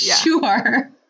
sure